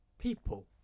people